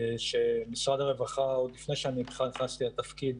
שמשרד הרווחה עוד לפני שאני בכלל נכנסתי לתפקיד